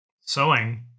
sewing